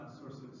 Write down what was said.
sources